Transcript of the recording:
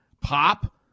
Pop